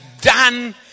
done